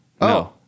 No